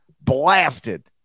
blasted